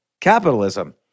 capitalism